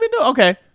Okay